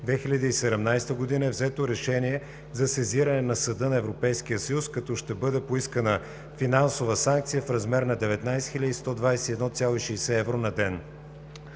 2017 г. е взето решение за сезиране на Съда на Европейския съюз, като ще бъде поискана финансова санкция в размер на 19 121,60 евро на ден.“